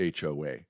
HOA